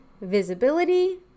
visibility